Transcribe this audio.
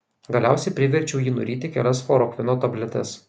galiausiai priverčiau jį nuryti kelias chlorokvino tabletes